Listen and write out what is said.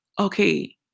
okay